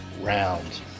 round